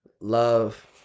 love